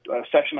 session